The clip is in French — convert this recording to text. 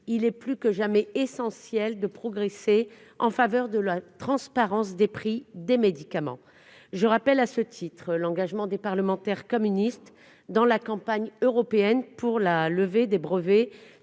il est plus que jamais essentiel de progresser en faveur de la transparence des prix des médicaments. À cet égard, je rappelle l'engagement des parlementaires communistes lors de la campagne européenne pour la levée des brevets